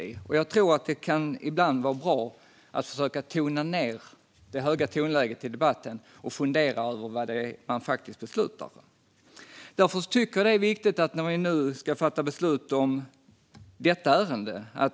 Det kan därför vara bra att försöka tona ned det höga tonläget i debatten och fundera över vad det är vi faktiskt ska besluta om.